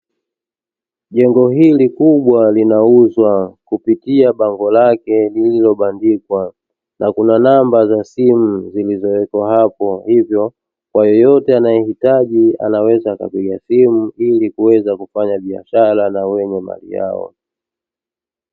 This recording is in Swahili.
Jengo hili kubwa linauzwa kupitia bango lake, lililobandikwa na kuna namba za simu zilizowekwa hapo hivyo kwa yeyote anayehitaji anaweza kupiga simu, ili kuweza kufanya biashara na wenye mali yao.